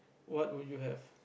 what would you have